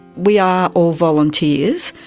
we are all volunteers.